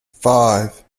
five